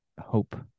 hope